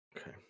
Okay